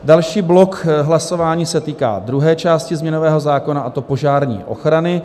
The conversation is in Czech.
Další blok hlasování se týká druhé části změnového zákona, a to požární ochrany.